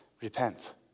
repent